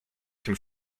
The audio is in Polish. tym